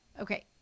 Okay